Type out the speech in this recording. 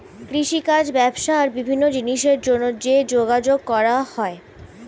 কৃষিকাজ, ব্যবসা আর বিভিন্ন জিনিসের জন্যে যে যোগাযোগ করা হয়